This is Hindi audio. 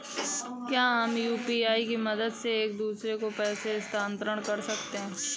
क्या हम यू.पी.आई की मदद से एक दूसरे को पैसे स्थानांतरण कर सकते हैं?